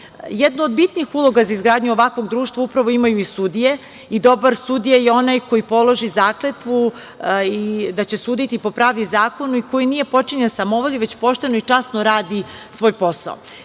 od bitnijih uloga za izgradnju ovakvog društva upravo imaju i sudije i dobar sudija je onaj koji položi zakletvu da će suditi po pravdi i zakonu i koji nije potčinjen samovolji, već pošteno i časno radi svoj posao.